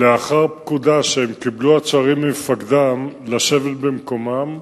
לאחר פקודה שהצוערים קיבלו ממפקדם לשבת במקומם,